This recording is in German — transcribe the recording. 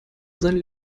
seinen